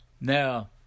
Now